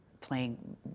playing